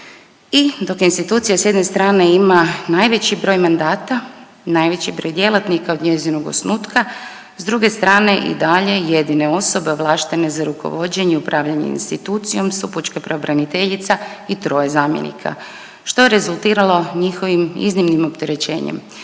I dok institucija s jedne strane ima najveći broj mandata i najveći broj djelatnika od njezinog osnutka, s druge strane i dalje jedine osobe ovlaštene za rukovođenje i upravljanje institucijom su pučka pravobraniteljica i troje zamjenika što je rezultiralo njihovim iznimnim opterećenjem